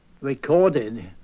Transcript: recorded